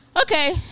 Okay